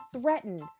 threatened